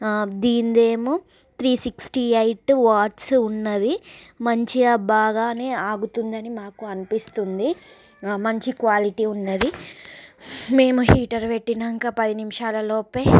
దీనిది ఏమో three sixty eight watts ఉన్నవి మంచిగా బాగానే ఆగుతుందని మాకు అనిపిస్తుంది మంచి క్వాలిటీ ఉన్నది మేము హీటర్ పెట్టినాక పది నిమిషాలలోపే